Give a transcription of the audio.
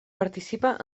participa